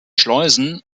schleusen